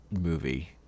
movie